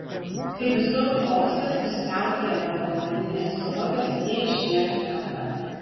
kai visur chaosas ir siautėja povandeninės srovės jie išlieka ten pat